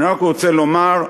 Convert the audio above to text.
אני רק רוצה לומר,